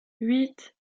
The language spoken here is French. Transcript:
huit